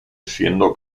siendo